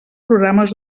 programes